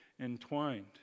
entwined